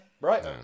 right